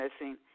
missing